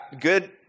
good